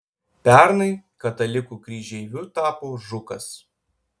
pernai katalikų kryžeiviu tapo žukas